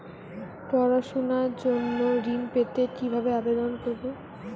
পড়াশুনা জন্য ঋণ পেতে কিভাবে আবেদন করব?